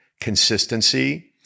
consistency